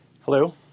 Hello